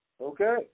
Okay